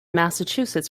massachusetts